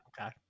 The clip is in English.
Okay